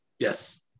Yes